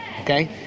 okay